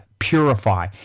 purify